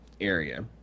area